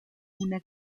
una